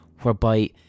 whereby